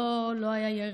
לא היה ירי,